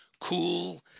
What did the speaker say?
Cool